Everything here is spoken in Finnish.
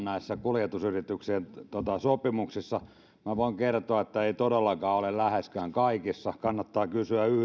näissä kuljetusyrityksien sopimuksissa on polttoaineklausuuli minä voin kertoa että ei todellakaan ole läheskään kaikissa kannattaa kysyä